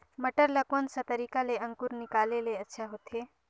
मटर ला कोन सा तरीका ले अंकुर निकाले ले अच्छा होथे?